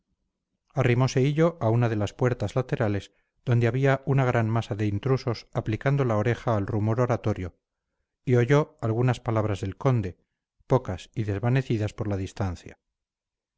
arrimose hillo a una de las puertas laterales donde había una gran masa de intrusos aplicando la oreja al rumor oratorio y oyó algunas palabras del conde pocas y desvanecidas por la distancia